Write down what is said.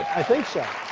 i think so.